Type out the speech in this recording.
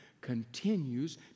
continues